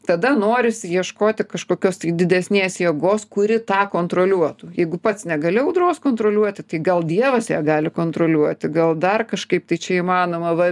tada norisi ieškoti kažkokios didesnės jėgos kuri tą kontroliuotų jeigu pats negali audros kontroliuoti tai gal dievas ją gali kontroliuoti gal dar kažkaip tai čia įmanoma va